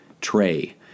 tray